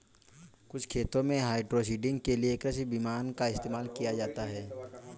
कुछ खेतों में हाइड्रोसीडिंग के लिए कृषि विमान का इस्तेमाल किया जाता है